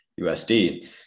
USD